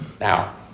Now